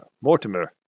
Mortimer